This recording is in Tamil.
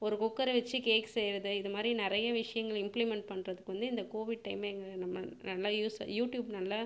ஒரு குக்கரை வைச்சு கேக் செய்கிறது இது மாதிரி நிறைய விஷயங்கள இம்ப்ளிமெண்ட் பண்ணுறதுக்கு வந்து இந்த கோவிட் டைம் எங்கள் நம்ம நல்லா யூஸ்ஸ யூட்யூப் நல்லா